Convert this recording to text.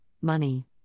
money